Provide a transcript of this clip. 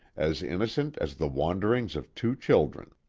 as innocent as the wanderings of two children.